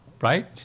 Right